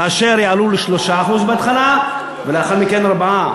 כאשר יעלו ל-3% בהתחלה ולאחר מכן ל-4%.